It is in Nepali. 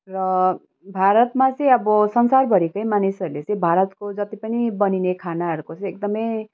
र भारतमा चाहिँ अब संसारभरिकै मानिसहरूले चाहिँ भारतको जति पनि बनिने खानाहरूको चाहिँ एकदमै